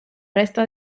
resto